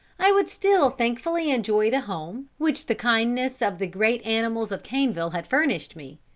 i would still thankfully enjoy the home, which the kindness of the great animals of caneville had furnished me,